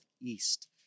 East